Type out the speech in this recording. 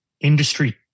industry